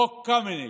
חוק קמיניץ.